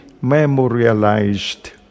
memorialized